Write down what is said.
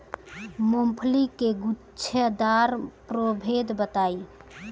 मूँगफली के गूछेदार प्रभेद बताई?